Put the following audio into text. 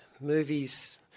movies